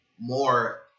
more